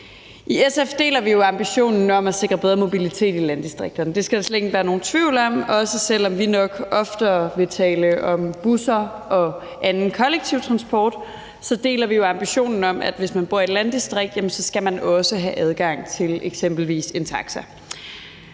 I SF deler vi jo ambitionen om at sikre bedre mobilitet i landdistrikterne. Det skal der slet ikke være nogen tvivl om. Også selv om vi nok oftere vil tale om busser og anden kollektiv transport, deler vi ambitionen om, at hvis man bor i et landdistrikt, skal man også have adgang til